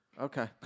Okay